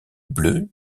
bleu